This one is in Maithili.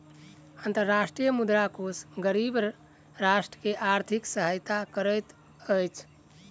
अंतर्राष्ट्रीय मुद्रा कोष गरीब राष्ट्र के आर्थिक सहायता करैत अछि